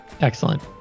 Excellent